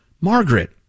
Margaret